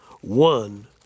one